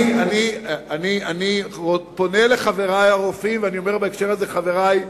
אני פונה אל חברי הרופאים ואני אומר בהקשר הזה: חברי,